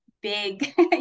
big